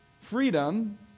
Freedom